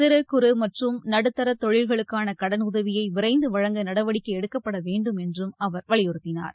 சிறு குறு மற்றும் நடுத்தர தொழில்களுக்கான கடனுதவியை விரைந்து வழங்க நடவடிக்கை எடுக்கப்பட வேண்டும் என்று அவர் வலியுறுத்தினார்